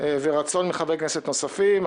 ורצון מחברי כנסת נוספים.